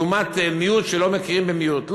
לעומת מיעוט שלא מכירים במיעוט.